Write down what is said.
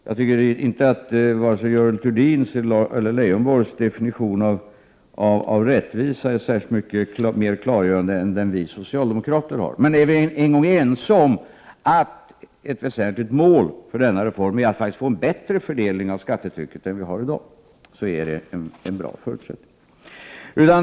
Jag anser att varken Görel Thurdins eller Lars Leijonborgs definition av rättvisa är så mycket mera klargörande än den som vi socialdemokrater har gjort. Men är vi ense om att ett väsentligt mål för reformen är att få en bättre fördelning av skattetrycket, så utgör detta en bra förutsättning.